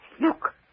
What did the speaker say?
look